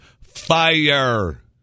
fire